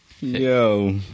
Yo